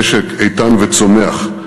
המשק איתן וצומח.